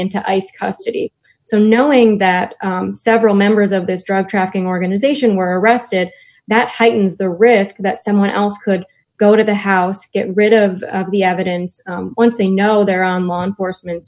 into ice custody so knowing that several members of this drug trafficking organization were arrested that heightens the risk that someone else could go to the house get rid of the evidence once they know they're on law enforcement